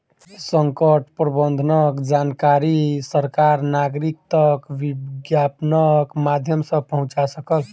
संकट प्रबंधनक जानकारी सरकार नागरिक तक विज्ञापनक माध्यम सॅ पहुंचा सकल